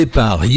par